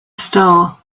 star